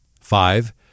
Five